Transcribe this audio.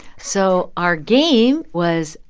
so our game was,